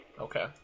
Okay